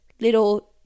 little